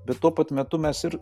bet tuo pat metu mes ir